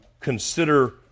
consider